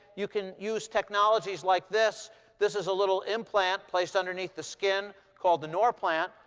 you can use technologies like this this is a little implant placed underneath the skin called the norplant.